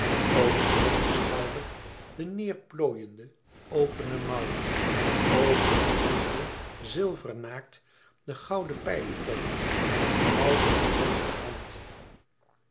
over éen schouder de neêr plooiende op ene mouw over de andere zilvernaakt den gouden pijlenkoker goudenen boog ter hand